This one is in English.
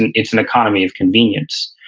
and it's an economy of convenience.